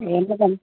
எங்கள்